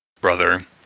brother